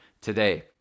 today